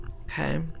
Okay